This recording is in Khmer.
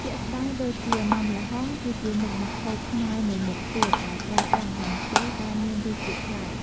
ជាក់ស្ដែងដូចជា ម៉ាំល្ហុងគឺជាមុខម្ហូបខ្មែរមួយមុខទៀតដែលប្រើប្រាស់ល្ហុងខ្ចី តែមានរសជាតិប្លែក។